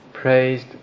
praised